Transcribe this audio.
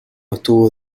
estuvo